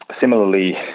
Similarly